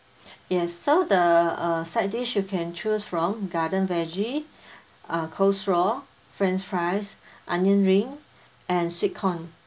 yes so the uh side dish you can choose from garden veggie uh coleslaw french fries onion ring and sweet corn